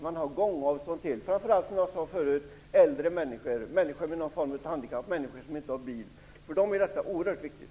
Det gäller, som jag påpekat tidigare, framför allt äldre människor, människor med någon form av handikapp och människor som inte har bil. För dem är detta oerhört viktigt.